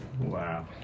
wow